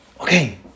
okay